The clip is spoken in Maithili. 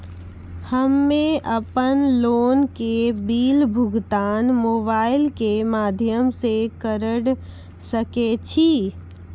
हम्मे अपन लोन के बिल भुगतान मोबाइल के माध्यम से करऽ सके छी?